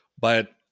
but-